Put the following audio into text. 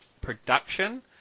production